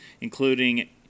including